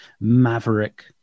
maverick